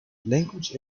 language